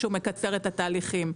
שהוא מקצר את התהליכים,